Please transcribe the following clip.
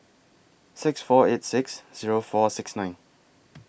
six four eight six Zero four six nine